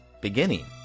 beginning